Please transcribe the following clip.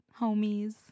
homies